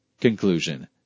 Conclusion